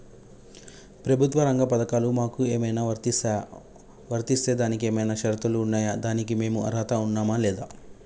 ప్రభుత్వ రంగ పథకాలు మాకు ఏమైనా వర్తిస్తాయా? వర్తిస్తే దానికి ఏమైనా షరతులు ఉన్నాయా? దానికి మేము అర్హత ఉన్నామా లేదా?